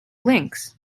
links